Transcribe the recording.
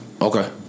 Okay